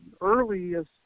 earliest